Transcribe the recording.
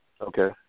Okay